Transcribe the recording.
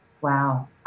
wow